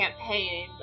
campaign